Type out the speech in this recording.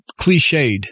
cliched